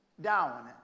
down